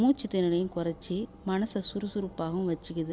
மூச்சுத் திணறலையும் குறைச்சி மனதை சுறுசுறுப்பாகவும் வெச்சுக்குது